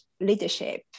leadership